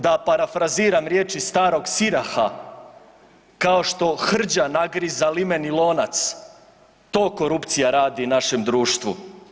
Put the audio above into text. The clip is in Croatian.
Da parafraziram riječi starog Siraha, kao što hrđa nagriza limeni lonac, to korupcija radi našem društvu.